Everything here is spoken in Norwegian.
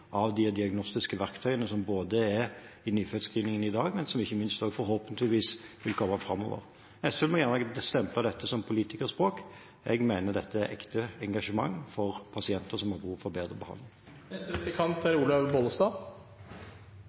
av de diagnostiske verktøyene som er i nyfødtscreeningen i dag, og som forhåpentligvis vil komme. SV må gjerne stemple dette som politikerspråk. Jeg mener dette er et ekte engasjement for pasienter som har behov for bedre behandling. Statsråden gir mange praktiske argumenter for at det er